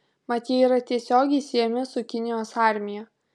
mat jie yra tiesiogiai siejami su kinijos armija